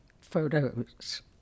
photos